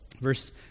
Verse